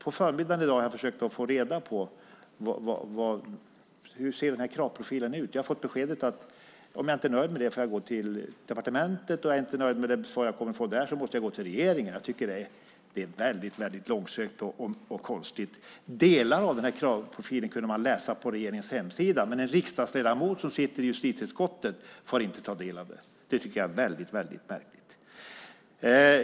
På förmiddagen i dag har jag försökt få reda på hur kravprofilen ser ut. Jag har fått beskedet att om jag inte är nöjd får jag gå till departementet och är jag inte nöjd med svaret jag får där måste jag gå till regeringen. Det är mycket långsökt och konstigt. Delar av kravprofilen kunde man läsa på regeringens hemsida, men en riksdagsledamot som sitter i justitieutskottet får inte ta del av det. Det är mycket märkligt.